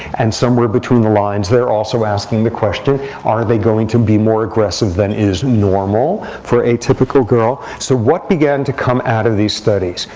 and somewhere between the lines, they're also asking the question, are they going to be more aggressive than is normal for a typical girl? so what began to come out of these studies?